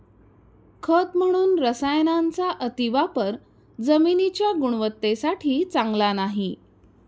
खत म्हणून रसायनांचा अतिवापर जमिनीच्या गुणवत्तेसाठी चांगला नाही